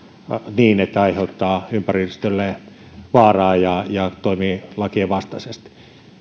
niin että aiheuttaa ympäristölleen vaaraa ja ja toimii lakien vastaisesti